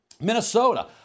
Minnesota